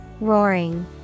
Roaring